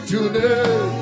Today